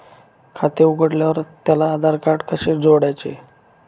खाते उघडल्यावर त्याला आधारकार्ड कसे जोडायचे?